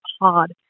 hard